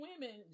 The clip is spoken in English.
women